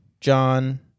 John